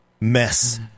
mess